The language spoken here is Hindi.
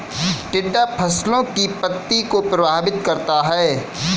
टिड्डा फसलों की पत्ती को प्रभावित करता है